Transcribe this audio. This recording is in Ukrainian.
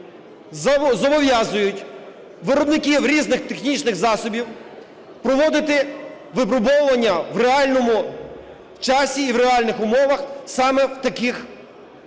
зобов'язують виробників різних технічних засобів проводити випробовування в реальному часі і в реальних умовах саме в таких